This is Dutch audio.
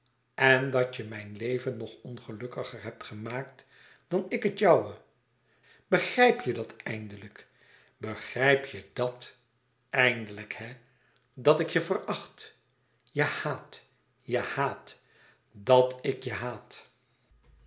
en dat je mijn leven nog ongelukkiger hebt gemaakt dan ik het jouwe begrijp je dat eindelijk begrijp je dàt eindelijk hè dat ik je veracht je haat je hàat dat ik je